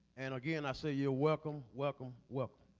and again, i say, you're welcome welcome well